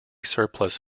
surplus